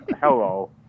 hello